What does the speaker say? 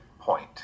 point